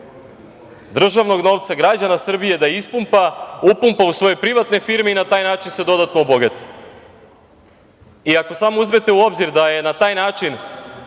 državnog novca, građana Srbije da ispumpa, upumpa u svoje privatne firme i na taj način se dodatno obogati. Ako samo uzmete u obzir da je na taj način